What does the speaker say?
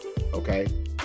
okay